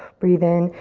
breathe in.